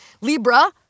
Libra